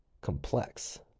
complex